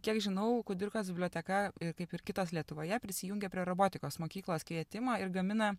kiek žinau kudirkos biblioteka ir kaip ir kitos lietuvoje prisijungė prie robotikos mokyklos kvietimo ir gamina